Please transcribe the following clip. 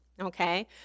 okay